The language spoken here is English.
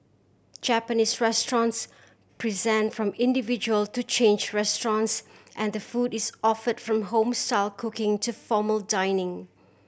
Japanese restaurants present from individual to change restaurants and the food is offered from home style cooking to formal dining